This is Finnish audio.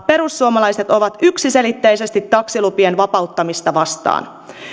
perussuomalaiset ovat yksiselitteisesti taksilupien vapauttamista vastaan